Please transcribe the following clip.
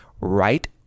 right